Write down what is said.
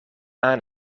aan